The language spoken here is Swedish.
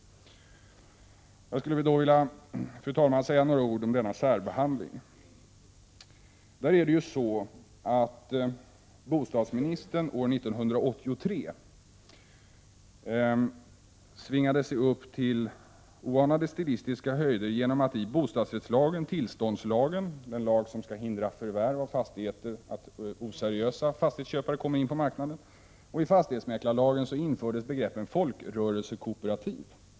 Jag skulle, fru talman, vilja säga några ord om denna särbehandling. Bostadsministern svingade sig år 1983 upp till oanade stilistiska höjder genom att i bostadsrättslagen, tillståndslagen, den lag som skall förhindra att oseriösa fastighetsköpare kommer in på marknaden, och i fastighetsmäklarlagen införa begreppet folkrörelsekooperativ.